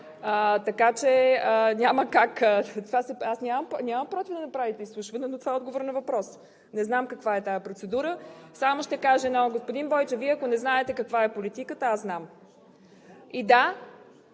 ЗАХАРИЕВА: Аз нямам против да правите изслушване, но това е отговор на въпрос. Не знам каква е тази процедура. Само ще кажа: господин Бойчев, Вие, ако не знаете каква е политиката, аз знам. ВАЛЕРИ